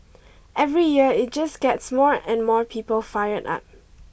every year it just gets more and more people fired up